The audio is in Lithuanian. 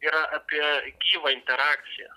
yra apie gyvą interakciją